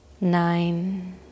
Nine